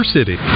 City